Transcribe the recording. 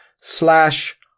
slash